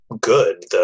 good